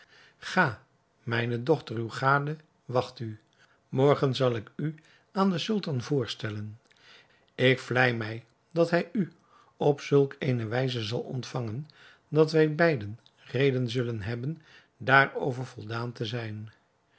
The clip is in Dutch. ga mijne dochter uwe gade wacht u morgen zal ik u aan den sultan voorstellen ik vlei mij dat hij u op zulk eene wijze zal ontvangen dat wij beiden reden kunnen hebben daarover voldaan te zijn